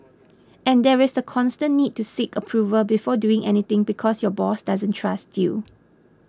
and there is the constant need to seek approval before doing anything because your boss doesn't trust you